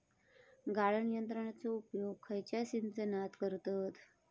गाळण यंत्रनेचो उपयोग खयच्या सिंचनात करतत?